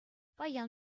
паян